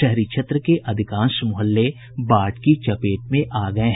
शहरी क्षेत्र के अधिकांश मुहल्ले बाढ़ की चपेट में आ गये हैं